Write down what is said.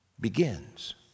begins